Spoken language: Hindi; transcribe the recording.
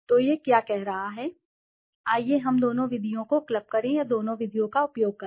तो यह क्या कह रहा है आइए हम दोनों विधियों को क्लब करें या दोनों विधियों का उपयोग करें